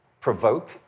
provoke